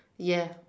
ya